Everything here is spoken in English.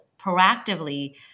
proactively